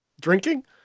Drinking